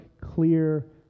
clear